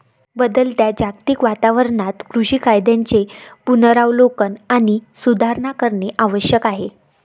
बदलत्या जागतिक वातावरणात कृषी कायद्यांचे पुनरावलोकन आणि सुधारणा करणे आवश्यक आहे